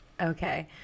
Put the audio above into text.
Okay